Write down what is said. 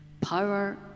Power